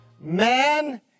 man